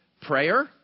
Prayer